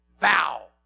vow